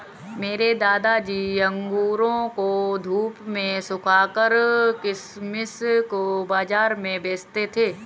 मेरे दादाजी अंगूरों को धूप में सुखाकर किशमिश को बाज़ार में बेचते थे